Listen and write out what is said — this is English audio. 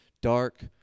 dark